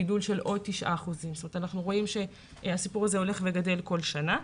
גידול של עוד 9%. אנחנו רואים שהסיפור הזה הולך וגדל כל שנה.